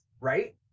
right